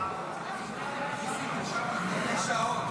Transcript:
--- אני בלי שעון.